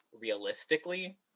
realistically